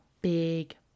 big